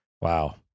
Wow